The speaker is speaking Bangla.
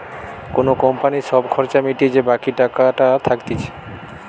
কোন কোম্পানির সব খরচা মিটিয়ে যে বাকি টাকাটা থাকতিছে